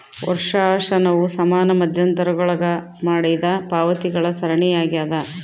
ವರ್ಷಾಶನವು ಸಮಾನ ಮಧ್ಯಂತರಗುಳಾಗ ಮಾಡಿದ ಪಾವತಿಗಳ ಸರಣಿಯಾಗ್ಯದ